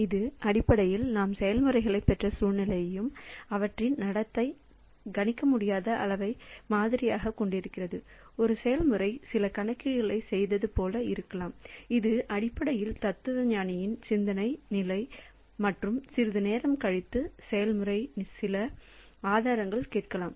இது அடிப்படையில் நாம் செயல்முறைகளைப் பெற்ற சூழ்நிலையையும் அவற்றின் நடத்தை கணிக்க முடியாத அளவையும் மாதிரியாகக் கொண்டிருக்கிறது ஒரு செயல்முறை சில கணக்கீடுகளைச் செய்வது போல இருக்கலாம் இது அடிப்படையில் தத்துவஞானியின் சிந்தனை நிலை மற்றும் சிறிது நேரம் கழித்து செயல்முறை சில ஆதாரங்களைக் கேட்கலாம்